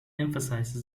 emphasizes